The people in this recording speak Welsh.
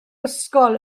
ysgol